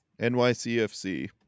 NYCFC